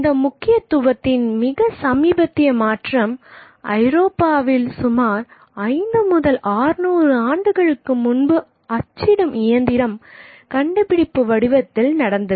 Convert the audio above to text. இந்த முக்கியத்துவத்தின் மிக சமீபத்திய மாற்றம் ஐரோப்பாவில் சுமார் 5 முதல் 600 ஆண்டுகளுக்கு முன்பு அச்சிடும் இயந்திரம் கண்டுபிடிப்பு வடிவத்தில் நடந்தது